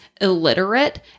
illiterate